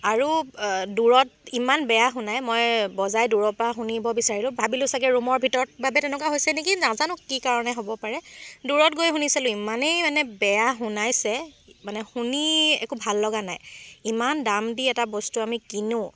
আৰু দূৰত ইমান বেয়া শুনায় মই বজাই দূৰৰপৰা শুনিব বিচাৰিলোঁ ভাবিলোঁ চাগে ৰুমৰ ভিতৰত বাবে তেনেকুৱা হৈছে নেকি নাজানো কি কাৰণে হ'ব পাৰে দূৰত গৈও শুনি চালোঁ ইমানেই মানে বেয়া শুনাইছে মানে শুনি একো ভাল লগা নাই ইমান দাম দি এটা বস্তু আমি কিনো